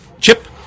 Chip